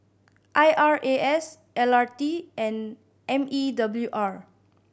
I R A S L R T and M E W R